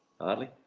Hardly